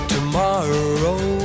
Tomorrow